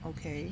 okay